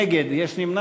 נבקש להצביע